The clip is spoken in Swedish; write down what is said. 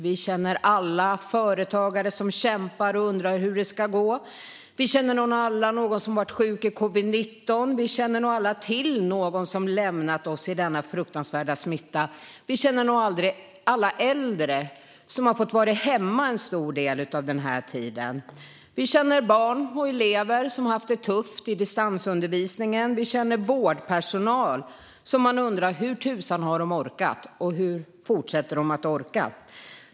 Vi känner alla oroliga företagare som kämpar och undrar hur det ska gå. Vi känner nog alla någon som varit sjuk i covid-19. Vi känner nog alla till någon som lämnat oss till följd av denna fruktansvärda smitta. Vi känner nog alla äldre som har fått vara hemma en stor del av den här tiden. Vi känner barn och elever som har haft det tufft med distansundervisningen. Vi känner vårdpersonal som man undrar hur tusan de har orkat och hur de fortsätter att orka.